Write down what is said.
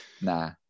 Nah